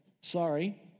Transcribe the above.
Sorry